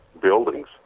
buildings